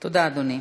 תודה, אדוני.